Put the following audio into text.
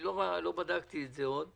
לא בדקתי את זה עדיין,